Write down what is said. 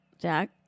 Jack